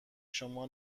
شما